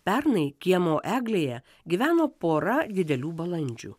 pernai kiemo eglėje gyveno pora didelių balandžių